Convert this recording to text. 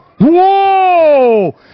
Whoa